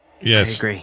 yes